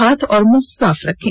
हाथ और मुंह साफ रखें